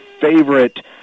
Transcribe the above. favorite